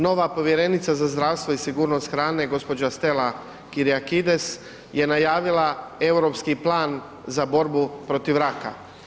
Nova povjerenica za zdravstvo i sigurnost hrane gđa. Stella Kyriakidou je najavila europski plan za borbu protiv raka.